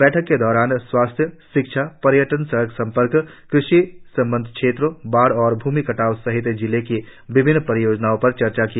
बैठक के दौरान स्वास्थ्य शिक्षा पर्यटन सड़क संपर्क कृषि संबद्ध क्षेत्रों बाढ़ और भूमि कटाव सहित जिले की विभिन्न परियोजनाओं पर चर्चा की